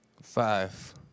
Five